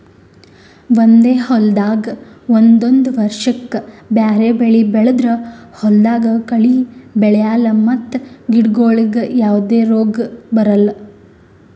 ಒಂದೇ ಹೊಲ್ದಾಗ್ ಒಂದೊಂದ್ ವರ್ಷಕ್ಕ್ ಬ್ಯಾರೆ ಬೆಳಿ ಬೆಳದ್ರ್ ಹೊಲ್ದಾಗ ಕಳಿ ಬೆಳ್ಯಾಲ್ ಮತ್ತ್ ಗಿಡಗೋಳಿಗ್ ಯಾವದೇ ರೋಗ್ ಬರಲ್